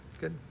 good